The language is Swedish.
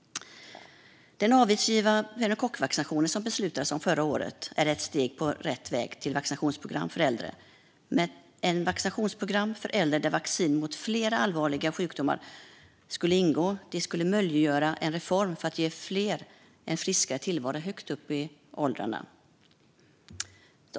Den avgiftsfria pneumokockvaccinationen, som det beslutades om förra året, är ett steg på rätt väg mot ett vaccinationsprogram för äldre. Ett vaccinationsprogram för äldre där vaccin mot flera allvarliga sjukdomar ingår skulle vara en reform för att möjliggöra en friskare tillvaro för fler, högt upp i åldrarna.